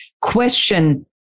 question